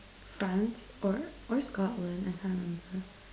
France or or Scotland I can't remember